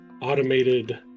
automated